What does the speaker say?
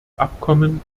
abkommen